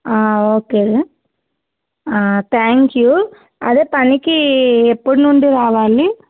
okay thank you అదే పనికి ఎప్పటి నుండి రావాలి